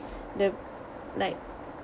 the like